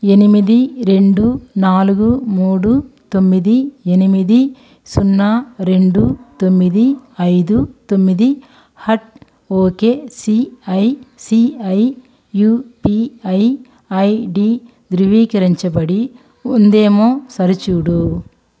ఎనిమిది రెండు నాలుగు మూడు తొమ్మిది ఎనిమిది సున్నా రెండు తొమ్మిది ఐదు తొమ్మిది హట్ ఓకె సిఐసిఐ యూపిఐ ఐడి ధృవీకరించబడి ఉందేమో సరిచూడు